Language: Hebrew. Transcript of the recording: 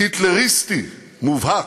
היטלריסטי מובהק"